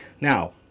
now